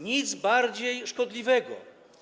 Nic bardziej szkodliwego.